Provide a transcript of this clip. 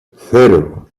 cero